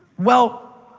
well,